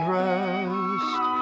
rest